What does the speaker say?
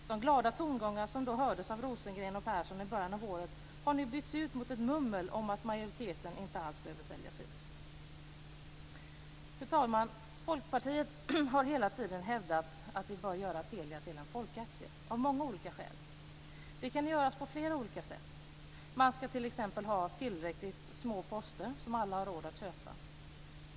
De glada tongångar som hördes från Rosengren och Persson i början av året har nu förbytts till ett mummel om att majoritetsägandet inte alls behöver säljas ut. Fru talman! Folkpartiet har hela tiden hävdat att vi bör göra Telia till en folkaktie av många olika skäl. Det kan göras på flera olika sätt. Man ska t.ex. ha tillräckligt små poster som alla har råd att köpa.